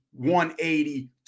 180